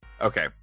Okay